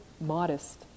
modest